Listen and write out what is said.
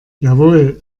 jawohl